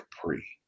Capri